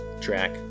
track